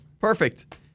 Perfect